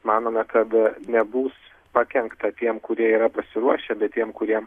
manome kad nebus pakenkta tiem kurie yra pasiruošę bet tiem kuriem